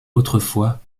autrefois